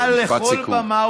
משפט סיכום.